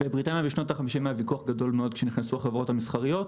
בבריטניה בשנות ה-50 היה ויכוח גדול מאוד כשנכנסו החברות המסחריות,